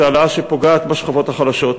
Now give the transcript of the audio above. זו העלאה שפוגעת בשכבות החלשות,